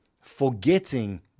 forgetting